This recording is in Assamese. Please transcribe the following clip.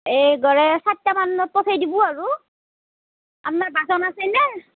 এই গড়ে চাৰটামানত পঠেই দিব আৰু আপনাৰ বাচন আছে নে